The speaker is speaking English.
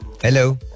Hello